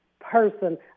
person